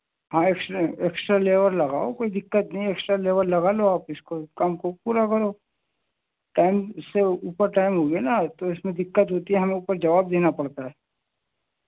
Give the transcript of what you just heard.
ہاں extra extra labour لگاؤ کوئی دقت نہیں ایکسٹرا لیبر لگا لو آپ اس کو کام کو پورا کرو ٹائم سے اوپر ٹائم ہو گیا نا تو اس میں دقت ہوتی ہے ہمیں اوپر جواب دینا پڑتا ہے